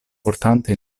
portante